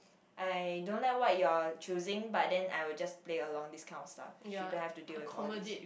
I don't like what you are choosing but then I will just play along this kind of stuff she don't have to deal with all these